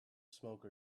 smoke